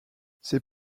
ces